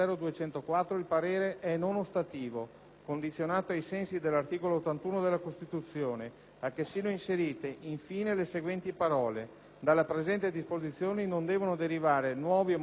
condizionato ai sensi dell'articolo 81 della Costituzione, a che siano inserite, in fine, le seguenti parole: "dalla presente disposizione non devono derivare nuovi o maggiori oneri a carico del bilancio dello Stato".